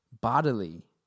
bodily